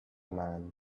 man